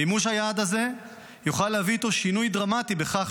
מימוש היעד הזה יוכל להביא איתו שינוי דרמטי בכך